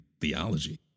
theology